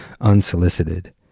unsolicited